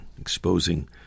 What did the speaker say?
exposing